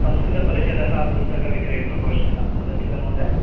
संस्कृतपरिषदः पुस्तकविक्रयप्रकोष्ठः महोदय किल महोदय